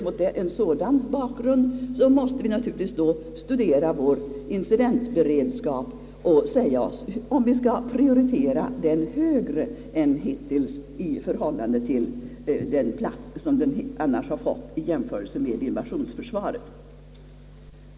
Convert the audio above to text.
Mot en sådan bakgrund måste vi naturligtvis studera vår incidentberedskap och överväga, om vi bör prioritera denna beredskap och ge den en annan plats än den skulle ha fått om huvudvikten läggs vid invasionsförsvaret.